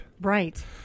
right